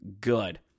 good